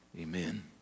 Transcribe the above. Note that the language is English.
amen